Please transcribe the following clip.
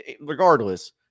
regardless